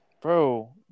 Bro